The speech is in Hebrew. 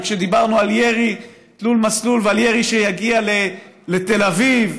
וכשדיברנו על ירי תלול-מסלול ועל ירי שיגיע לתל אביב,